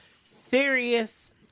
serious